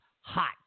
hot